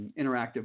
interactive